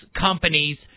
companies